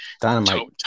Dynamite